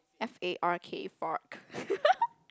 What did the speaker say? F A R K fark